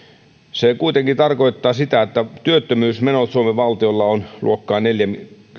se kuitenkin tarkoittaa sitä että työttömyysmenot suomen valtiolla ovat luokkaa neljä